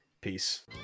peace